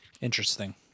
Interesting